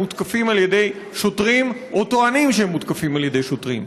מותקפים על ידי שוטרים או טוענים שהם מותקפים על ידי שוטרים.